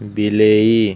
ବିଲେଇ